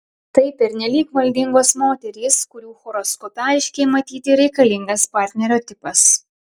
tai pernelyg valdingos moterys kurių horoskope aiškiai matyti reikalingas partnerio tipas